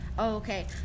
Okay